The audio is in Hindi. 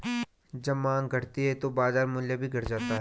जब माँग घटती है तो बाजार मूल्य भी घट जाता है